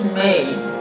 made